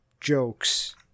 jokes